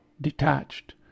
Detached